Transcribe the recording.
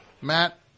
Matt